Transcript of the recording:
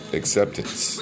acceptance